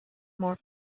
more